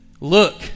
Look